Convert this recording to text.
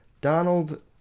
Donald